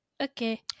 okay